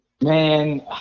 Man